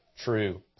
true